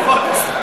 זה לפחות.